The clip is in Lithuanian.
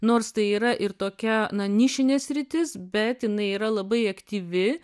nors tai yra ir tokia na nišinė sritis bet jinai yra labai aktyvi